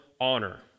honor